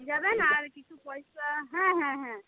দিয়ে যাবেন আর কিছু পয়সা হ্যাঁ হ্যাঁ হ্যাঁ